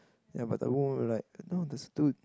ya but the whole like no the stupid